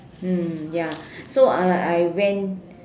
mm ya so uh I went